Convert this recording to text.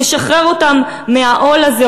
נשחרר אותם מהעול הזה,